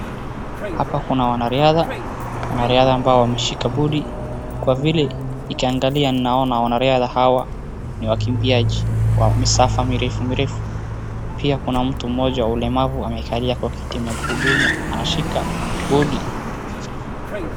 Hapa kuna wanariadha, wanariadha ambao wameshika bodi, kwa vile nikiangalia naona wanariadha hawa ni wakimbiaji wa misafa mirefu mirefu. Pia kuna mtu mmoja wa ulemavu amekalia kwa kiti ya magurudumu anashika bodi.